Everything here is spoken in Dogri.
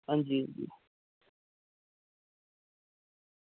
हां जी हां जी